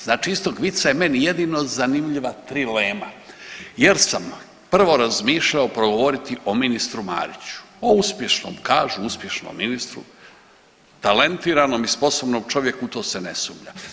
Znači iz tog vica je meni jedino zanimljiva trilema jer sam prvo razmišljao progovoriti o ministru Mariću, o uspješnom, kažu uspješnom ministru, talentiranom i sposobnom čovjeku, u to se ne sumnja.